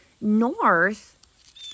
north